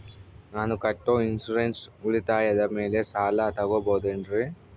ನಾನು ಕಟ್ಟೊ ಇನ್ಸೂರೆನ್ಸ್ ಉಳಿತಾಯದ ಮೇಲೆ ಸಾಲ ತಗೋಬಹುದೇನ್ರಿ?